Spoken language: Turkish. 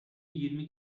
yirmi